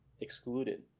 excluded